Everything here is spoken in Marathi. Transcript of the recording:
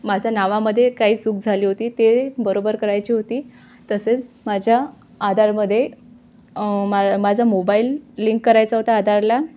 माझं नावामध्ये काहीच चूक झाली होती ते बरोबर करायची होती तसेच माझ्या आधारमध्ये मा माझा मोबाईल लिंक करायचा होता आधारला